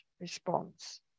response